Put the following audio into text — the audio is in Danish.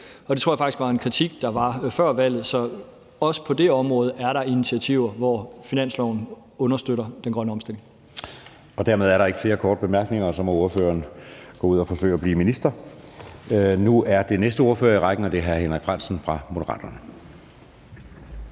og det tror jeg faktisk var et kritikpunkt, der var før valget. Så også på det område er der initiativer, hvor finansloven understøtter den grønne omstilling. Kl. 10:40 Anden næstformand (Jeppe Søe): Dermed er der ikke flere korte bemærkninger, og så må ordføreren gå ud at forsøge at blive minister. Nu er det næste ordfører i rækken, og det er hr. Henrik Frandsen fra Moderaterne.